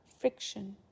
friction